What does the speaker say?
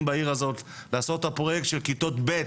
בעיר הזאת לעשות את הפרוייקט של כיתות ב',